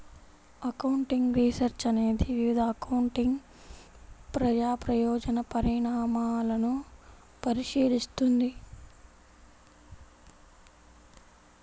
accounting research అనేది వివిధ accounting ప్రజా ప్రయోజన పరిణామాలను పరిశీలిస్తుంది